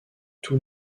tous